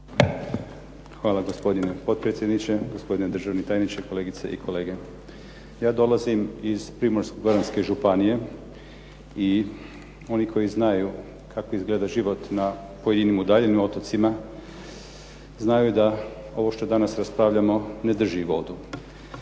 Hvala gospodine potpredsjedniče, gospodine državni tajniče, kolegice i kolege. Ja dolazim iz Primorsko-goranske županije i oni koji znaju kako izgleda život na pojedinim udaljenim otocima znaju da ovo što danas raspravljamo ne drži vodu.